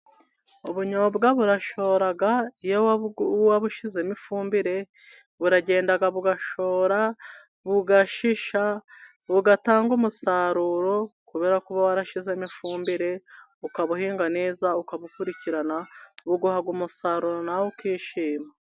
Ubunyobwa burashora iyo wabushizemo ifumbire, buragenda bugashora bugashisha bugatanga umusaruro, kubera kuba warashizemo ifumbire, ukabuhinga neza ukabukurikirana, buguha umusaruro nawe ukishima.